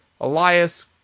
Elias